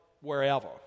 wherever